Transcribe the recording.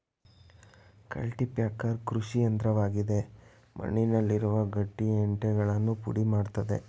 cultipacker ಕೃಷಿಯಂತ್ರವಾಗಿದ್ದು ಮಣ್ಣುನಲ್ಲಿರುವ ಗಟ್ಟಿ ಇಂಟೆಗಳನ್ನು ಪುಡಿ ಮಾಡತ್ತದೆ